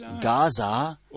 Gaza